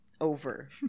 over